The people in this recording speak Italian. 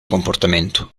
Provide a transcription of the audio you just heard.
comportamento